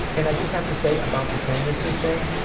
and i just have to say, about the fantasy thing,